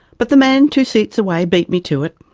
but the man two seats away beat me to it.